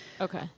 Okay